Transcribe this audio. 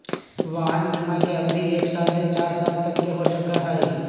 वाहन बिमा के अवधि एक साल से चार साल तक के हो सका हई